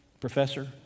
professor